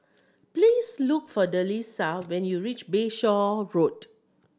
please look for Delisa when you reach Bayshore Road